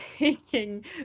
Taking